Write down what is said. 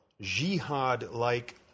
jihad-like